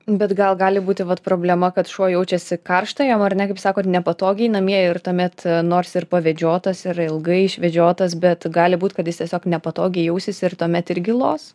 bet gal gali būti vat problema kad šuo jaučiasi karšta jam ar ne kaip sako nepatogiai namie ir tuomet nors ir pavedžiotas ir ilgai išvedžiotas bet gali būt kad jis tiesiog nepatogiai jausis ir tuomet irgi los